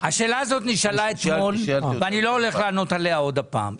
השאלה הזו נשאלה אתמול ואני לא הולך לענות עליה עוד פעם.